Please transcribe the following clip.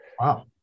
Wow